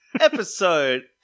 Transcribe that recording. Episode